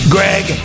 Greg